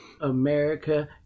America